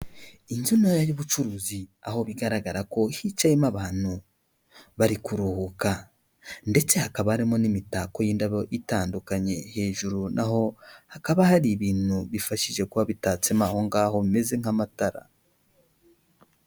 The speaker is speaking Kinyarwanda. Inzu ntoya y'ubucuruzi, aho bigaragara ko hicayemo abantu. Bari kuruhuka ndetse hakaba harimo n'imitako y'indabo itandukanye, hejuru n'aho hakaba hari ibintu bifashije kuba bitatsemo aho ngaho bimeze nk'amatara.